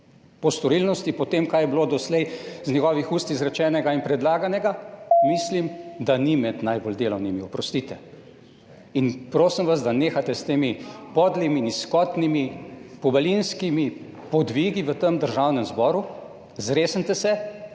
po storilnosti, po tem, kaj je bilo doslej iz njegovih ust izrečenega in predlaganega, mislim, da ni med najbolj delovnimi, oprostite. In prosim vas, da nehate s temi podlimi, nizkotnimi, pobalinskimi podvigi v tem Državnem zboru. Zresnite se,